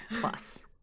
plus